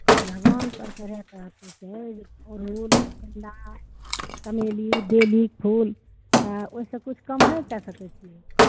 भगबान पर चढ़ेए तऽ ओरहुल गेन्दा चमेली बेलीके फूल तऽ ओहि सऽ किछु कम नहि कऽ सकै छियै